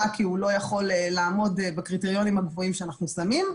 כי הוא לא יכול לעמוד בקריטריונים הגבוהים שאנחנו שמים,